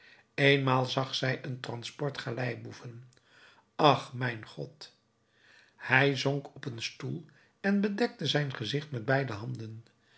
eenmaal zag zij een transport galeiboeven ach mijn god hij zonk op een stoel en bedekte zijn gezicht met beide handen